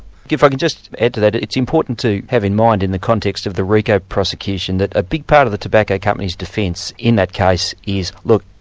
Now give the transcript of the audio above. if i can just add to that, it's important to have in mind in the context of the rico prosecution that a big part of the tobacco company's defence in that case is look,